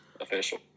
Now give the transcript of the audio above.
official